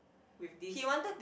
with this